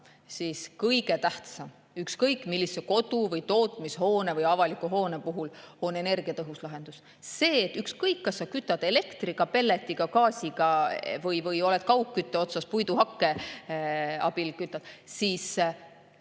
siis kõige tähtsam ükskõik millise kodu, tootmishoone või avaliku hoone puhul on energiatõhus lahendus. Ükskõik, kas sa kütad elektriga, pelletiga, gaasiga või oled kaugkütte otsas, kütad puiduhakke abil, kõige